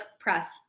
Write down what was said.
press